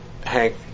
Hank